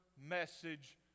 message